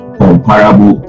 comparable